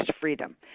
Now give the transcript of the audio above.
freedom